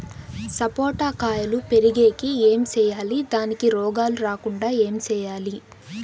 సపోట కాయలు పెరిగేకి ఏమి సేయాలి దానికి రోగాలు రాకుండా ఏమి సేయాలి?